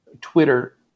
Twitter